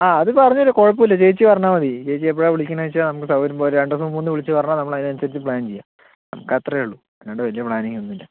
ആ അത് പറഞ്ഞല്ലോ കുഴപ്പമില്ല ചേച്ചി പറഞ്ഞാൽ മതി ചേച്ചി എപ്പൊഴാണ് വിളിക്കണമന്ന് വെച്ചാൽ നമുക്ക് സൗകര്യം പോലെ രണ്ട് ദിവസം മുമ്പ് വിളിച്ച് പറഞ്ഞാൽ ഞമ്മളതിനൻസരിച്ച് പ്ലാൻ ചെയ്യാം അത്രയേ ഉള്ളു അല്ലാണ്ട് വലിയ പ്ലാനിങ്ങൊന്നുമില്ല